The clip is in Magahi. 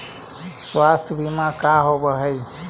स्वास्थ्य बीमा का होव हइ?